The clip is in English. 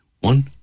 One